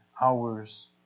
hours